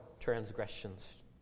transgressions